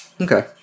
Okay